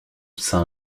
saint